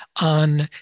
on